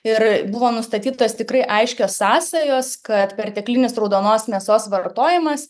ir buvo nustatytos tikrai aiškios sąsajos kad perteklinis raudonos mėsos vartojimas